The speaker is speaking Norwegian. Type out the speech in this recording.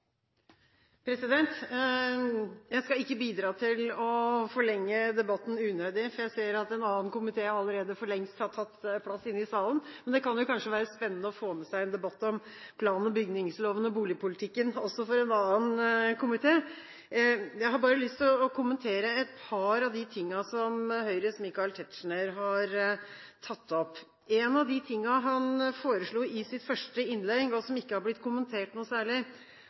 år. Jeg skal ikke bidra til å forlenge debatten unødig, for jeg ser at en annen komité allerede for lengst har tatt plass inne i salen. Men det kan vel kanskje være spennende å få med seg en debatt om plan- og bygningsloven og boligpolitikken også for en annen komité. Jeg har bare lyst til å kommentere et par av de tingene som Høyres Michael Tetzschner har tatt opp. En av de tingene han viste til i sitt første innlegg, og som ikke har blitt kommentert noe særlig